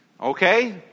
Okay